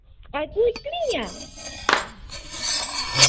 अ तू इक्कली ऐं